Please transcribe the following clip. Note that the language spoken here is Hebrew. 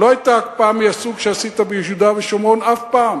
מהסוג שעשית ביהודה ושומרון אף פעם.